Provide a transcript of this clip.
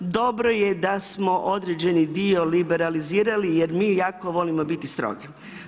Dobro je da smo određeni dio liberalizirali, jer mi volimo biti strogi.